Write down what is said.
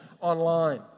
online